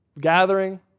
Gathering